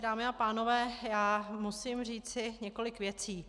Dámy a pánové, musím říci několik věcí.